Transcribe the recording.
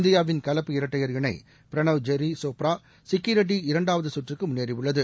இந்தியாவின் கலப்பு இரட்டையர் இணை ப்ரணாவ் ஜெரி சோப்ரா சிக்கி ரெட்டி இரண்டாவது கற்றுக்கு முன்னேறியுள்ளது